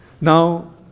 Now